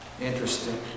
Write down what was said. interesting